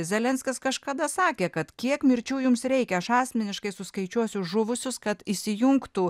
zelenskis kažkada sakė kad kiek mirčių jums reikia aš asmeniškai suskaičiuosiu žuvusius kad įsijungtų